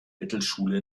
mittelschule